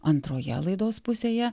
antroje laidos pusėje